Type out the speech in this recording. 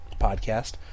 podcast